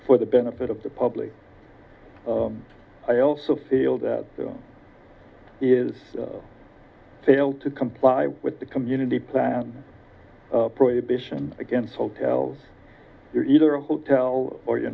for the benefit of the public i also feel that is fail to comply with the community plan prohibition against hotels you're either a hotel or you're